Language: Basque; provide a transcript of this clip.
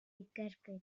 ikerketa